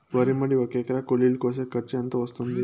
వరి మడి ఒక ఎకరా కూలీలు కోసేకి ఖర్చు ఎంత వస్తుంది?